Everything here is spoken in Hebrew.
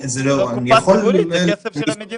זו קופה ציבורית, זה כסף של המדינה.